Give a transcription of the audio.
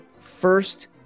first